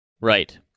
Right